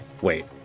wait